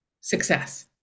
success